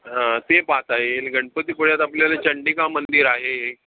हां ते पाहता येईल गणपतीपुळ्यात आपल्याला चंडिका मंदिर आहे